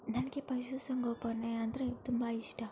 ನನಗೆ ಪಶುಸಂಗೋಪನೆ ಅಂದರೆ ತುಂಬ ಇಷ್ಟ